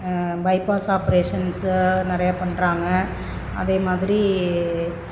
bypass operations நிறையா பண்ணுறாங்க அதே மாதிரி